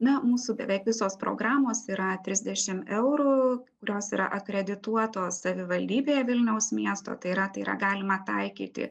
na mūsų beveik visos programos yra trisdešim eurų kurios yra akredituotos savivaldybėje vilniaus miesto tai yra tai yra galima taikyti